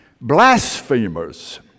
Blasphemers